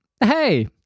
hey